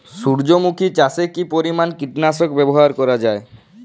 সূর্যমুখি চাষে কি পরিমান কীটনাশক ব্যবহার করা যায়?